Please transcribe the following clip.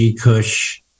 Kush